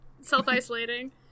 self-isolating